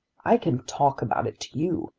i can talk about it to you,